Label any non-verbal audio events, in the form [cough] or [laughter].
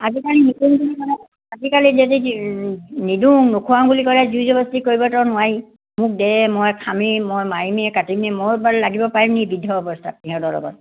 আজিকালি [unintelligible] আজিকালি যদি নিদিওঁ নোখোৱাও বুলি ক'লে জোৰ জবৰস্তী কৰিবতো নোৱাৰি মোক দে মই খামে মই মাৰিমে কাটিমে মই লাগিব পাৰিম নি বৃদ্ধ অৱস্থাত সিহঁতৰ লগত